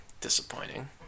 Disappointing